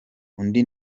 undi